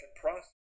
process